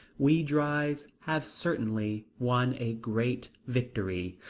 we drys have certainly won a great victory.